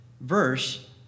verse